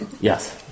Yes